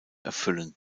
erfüllen